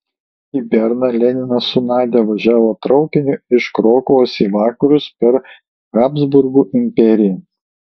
į berną leninas su nadia važiavo traukiniu iš krokuvos į vakarus per habsburgų imperiją